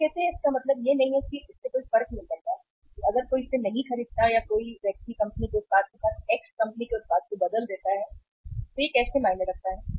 आप कहते हैं कि इसका मतलब यह नहीं है कि इससे कोई फर्क नहीं पड़ता है कि अगर कोई इसे नहीं खरीदता है या कोई व्यक्ति कंपनी के उत्पाद के साथ एक्स कंपनी के उत्पाद को बदल देता है तो यह कैसे मायने रखता है